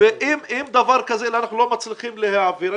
אם דבר כזה אנחנו לא מצליחים להעביר,